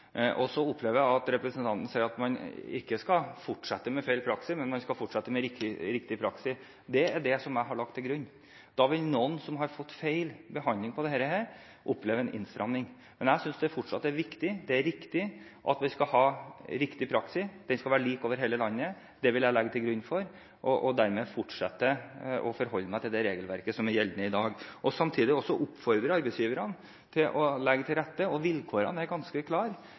men man skal fortsette med riktig praksis. Det er det jeg har lagt til grunn. Da vil noen som har fått feil behandling tidligere, oppleve en innstramming. Men jeg synes fortsatt det er viktig og riktig at vi skal ha riktig praksis. Den skal være lik over hele landet. Det vil jeg legge til grunn, og dermed fortsette å forholde meg til det regelverket som er gjeldende i dag. Samtidig vil jeg også oppfordre arbeidsgiverne til å legge til rette. Vilkårene er ganske